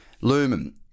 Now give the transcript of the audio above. Lumen